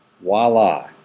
voila